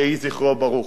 יהי זכרו ברוך.